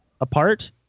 apart